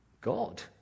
God